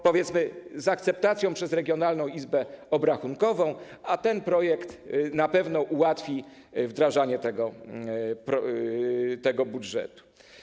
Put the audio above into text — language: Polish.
powiedzmy: z akceptacją przez regionalną izbę obrachunkową, a ten projekt na pewno ułatwi wdrażanie tego budżetu.